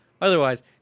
Otherwise